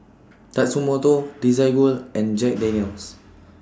Tatsumoto Desigual and Jack Daniel's